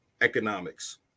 economics